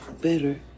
better